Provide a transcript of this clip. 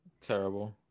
Terrible